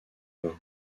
vin